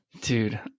Dude